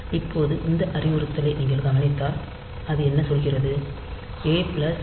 இப்போது இந்த அறிவுறுத்தலை நீங்கள் கவனித்தால் அது என்ன சொல்கிறது ஏ பிளஸ் டி